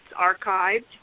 archived